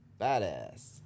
badass